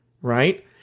Right